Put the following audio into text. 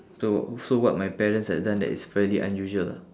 so so what my parents had done that is fairly unusual ah